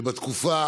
שבתקופה